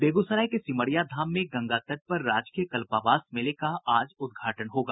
बेगूसराय के सिमरिया धाम में गंगा तट पर राजकीय कल्पावास मेले का आज उद्घाटन होगा